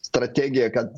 strategiją kad